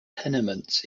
tenements